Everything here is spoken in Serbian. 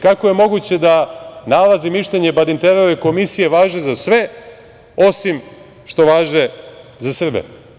Kako je moguće da nalaz i mišljenje Badinterove komisije važi za sve, osim što važe za Srbe?